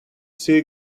sea